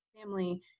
family